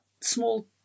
small